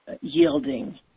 yielding